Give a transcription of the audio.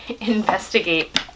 investigate